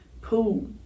pool